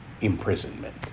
imprisonment